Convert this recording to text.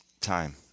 time